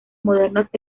modernos